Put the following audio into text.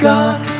God